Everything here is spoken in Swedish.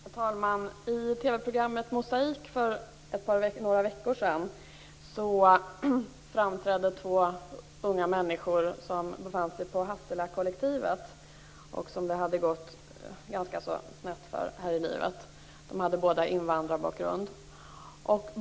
Herr talman! I TV-programmet Mosaik för ett par veckor sedan framträdde två unga människor som befann sig på Hasselakollektivet. Det hade gått ganska snett i livet för dessa två, som båda hade invandrarbakgrund.